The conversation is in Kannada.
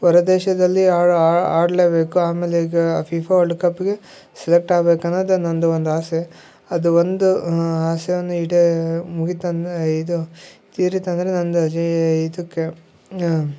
ಹೊರದೇಶದಲ್ಲಿ ಆಡಲೇಬೇಕು ಆಮೇಲೆ ಈಗ ಫಿಫಾ ವರ್ಲ್ಡ್ ಕಪ್ಗೆ ಸೆಲೆಕ್ಟ್ ಆಗ್ಬೇಕು ಅನ್ನದು ನನ್ನದು ಒಂದು ಆಸೆ ಅದು ಒಂದು ಆಸೆಯನ್ನು ಈಡೆ ಮುಗಿತಂದರೆ ಇದು ತೀರಿತಂದರೆ ನನ್ದು ಇದಕ್ಕೆ ಆ